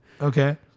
Okay